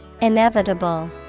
Inevitable